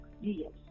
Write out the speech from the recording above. Yes